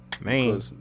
Man